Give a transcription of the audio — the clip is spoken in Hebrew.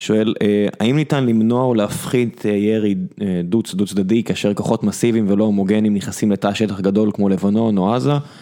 שואל, האם ניתן למנוע או להפחית ירי דו, דו צדדי כאשר כוחות מסיביים ולא הומוגנים נכנסים לתא שטח גדול כמו לבנון או עזה?